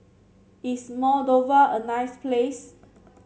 is Moldova a nice place